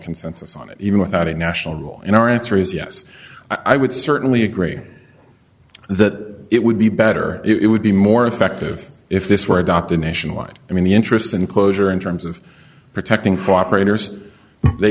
consensus on it even without a national in our answer is yes i would certainly agree that it would be better it would be more effective if this were adopted nationwide i mean the interest in closure in terms of protecting cooperate hers they